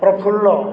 Prafulla